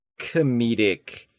comedic